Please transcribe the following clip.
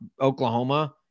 Oklahoma